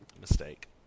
mistake